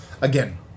Again